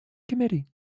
committee